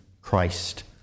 Christ